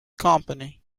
company